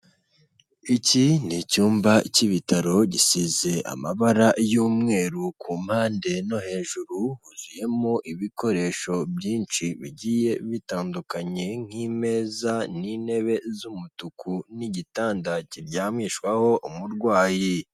Iki ni icyumba cy'ibitaro gisize amabara y'umweru ku mpande no hejuru huzuyemo ibikoresho byinshi bigiye bitandukanye nk'imeza n'intebe z'umutuku n'igitanda kiryamishwaho umurwayi.